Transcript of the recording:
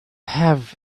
have